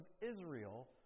Israel